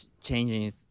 changing